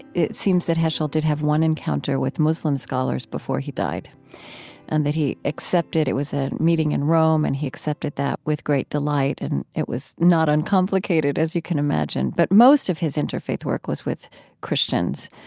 it seems that heschel did have one encounter with muslim scholars before he died and that he accepted it was a meeting in rome and he accepted that with great delight. and it was not uncomplicated, as you can imagine. but most of his interfaith work was with christians.